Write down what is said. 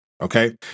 Okay